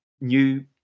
new